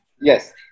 Yes